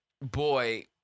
boy